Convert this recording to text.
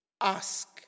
ask